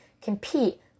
compete